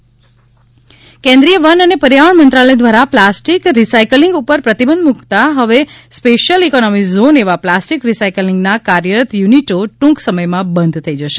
plastic import કેન્દ્રીય વન અને પર્યાવરણ મંત્રાલય દ્વારા પ્લાસ્ટિક રિસાયકલિંગ ઉપર પ્રતિબંધ મૂકતા હવે સ્પેશ્યલ ઇકોનોમિ ઝોન એવા પ્લાસ્ટિક રિસાયકલિંગના કાર્યરત યુનિટો ટૂંક સમયમાં બંધ થઇ જશે